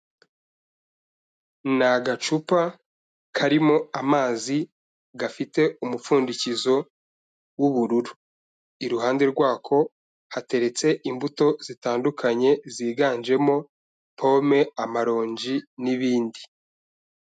Ni agacupa karimo amazi gafite umupfundikizo w'ubururu, iruhande rwako hateretse imbuto zitandukanye ziganjemo pome, amaronji n'ibindi.